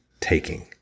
taking